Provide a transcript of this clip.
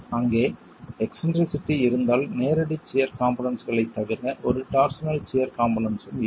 அங்கே எக்ஸ்ன்ட்ரிசிட்டி இருந்தால் நேரடி சியர் காம்போனென்ட்ஸ்களைத் தவிர ஒரு டார்சனல் சியர் காம்போனென்ட்ஸ்ஸும் இருக்கும்